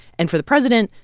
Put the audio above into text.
and for the president,